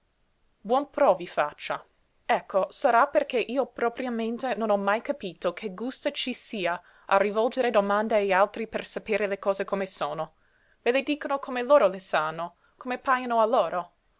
pro vi faccia ecco sarà perché io propriamente non ho mai capito che gusto ci sia a rivolgere domande agli altri per sapere le cose come sono ve le dicono come loro le sanno come pajono a loro